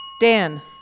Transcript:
Dan